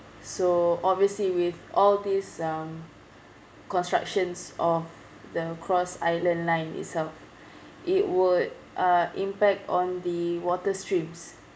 so obviously with all these um constructions of the cross island line itself it would uh impact on the water streams